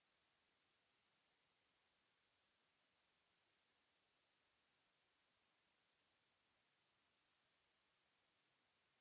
...